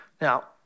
Now